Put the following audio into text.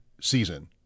season